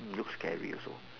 looks scary also